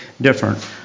different